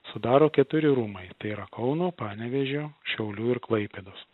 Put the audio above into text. sudaro keturi rūmai tai yra kauno panevėžio šiaulių ir klaipėdos